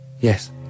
Yes